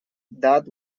that